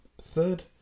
Third